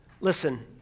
Listen